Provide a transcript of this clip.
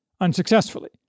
unsuccessfully